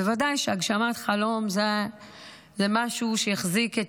בוודאי שהגשמת חלום זה משהו שהחזיק את